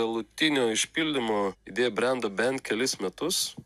galutinio išpildymo idėja brendo bent kelis metus